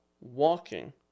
walking